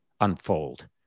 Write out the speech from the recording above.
unfold